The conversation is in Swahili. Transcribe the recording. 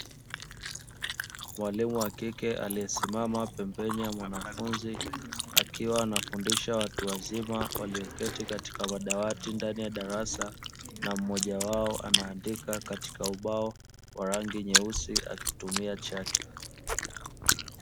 Mwalimu wa kike aliyesimama pembeni ya mwanafunzi akiwa anafundisha watu wazima walioketi katika madawati ndani ya darasa, na mmoja wao anaandika katika ubao wa rangi nyeusi akitumia chaki.